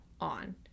on